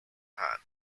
hand